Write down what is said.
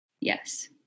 yes